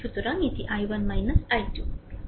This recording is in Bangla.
সুতরাং এটি I1 I2